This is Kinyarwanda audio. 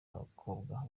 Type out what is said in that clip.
bakobwa